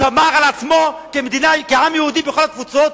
שמר על עצמו כעם יהודי בכל התפוצות,